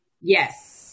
Yes